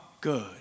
good